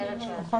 ברבע